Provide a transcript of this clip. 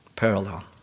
Parallel